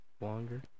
Longer